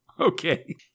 Okay